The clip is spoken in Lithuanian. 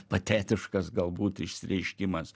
patetiškas galbūt išsireiškimas